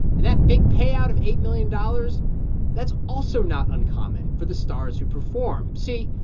and that big payout of eight million dollars that's also not uncommon for the stars who perform. see.